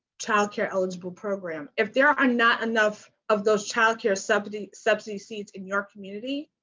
child care eligible program. if there are not enough of those child care subsidy subsidy seats in your community,